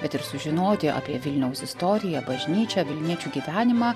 bet ir sužinoti apie vilniaus istoriją bažnyčią vilniečių gyvenimą